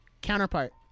counterpart